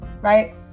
right